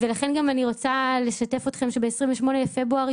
אני רוצה לשתף אתכם שב-28 לפברואר,